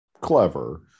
clever